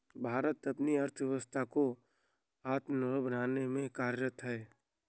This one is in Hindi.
भारत अपनी अर्थव्यवस्था को आत्मनिर्भर बनाने में कार्यरत है